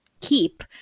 keep